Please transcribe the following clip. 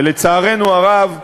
ולצערנו הרב,